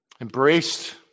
embraced